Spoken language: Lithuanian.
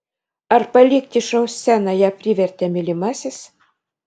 ar palikti šou sceną ją privertė mylimasis